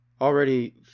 already